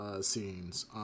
scenes